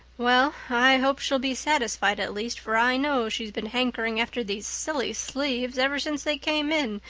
well, i hope she'll be satisfied at last, for i know she's been hankering after those silly sleeves ever since they came in,